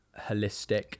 holistic